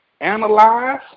analyze